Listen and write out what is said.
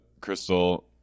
Crystal